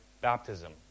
baptism